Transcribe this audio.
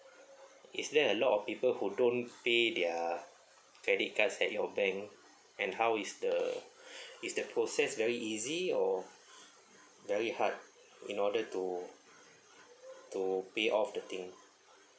is there a lot of people who don't pay their credit cards at your bank and how is the is the process very easy or very hard in order to to pay off the thing